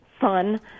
fun